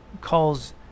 calls